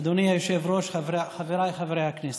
אדוני היושב-ראש, חבריי חברי הכנסת,